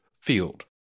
field